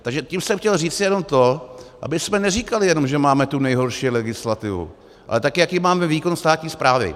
Takže tím jsem chtěl říci jenom to, abychom neříkali jenom že máme nejhorší legislativu, ale také jaký máme výkon státní správy.